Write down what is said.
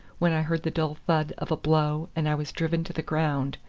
when i heard the dull thud of a blow and i was driven to the ground,